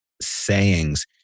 sayings